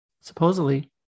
supposedly